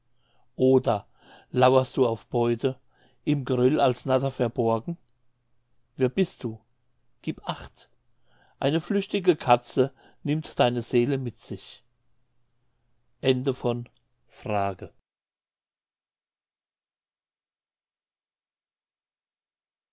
oder lauerst du auf beute im geröll als natter verborgen wer bist du gib acht eine flüchtige katze nimmt deine seele mit sich